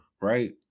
right